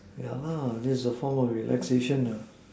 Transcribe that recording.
yeah that's a form of relaxation